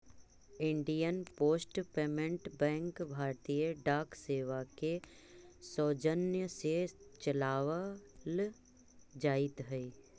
Indian post payment bank भारतीय डाक सेवा के सौजन्य से चलावल जाइत हइ